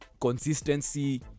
Consistency